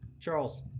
Charles